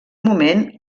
moment